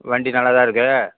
வண்டி நல்லா தான் இருக்கு